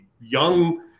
young